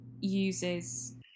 uses